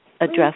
address